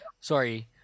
Sorry